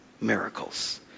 miracles